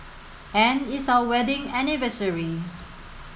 and it's our wedding anniversary